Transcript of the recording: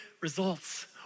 results